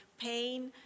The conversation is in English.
pain